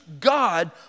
God